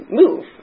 move